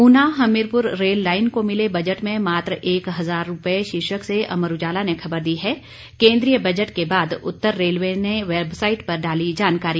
Una Hamirpur rail line को मिले budget में मात्र एक हजार रुपये शीर्षक से अमर उजाला ने खबर दी है केंद्रीय बजट के बाद उत्तर रेलवे ने वेबसाईट पर डाली जानकारी